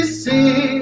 see